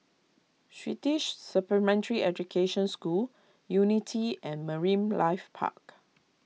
Swedish Supplementary Education School Unity and Marine Life Park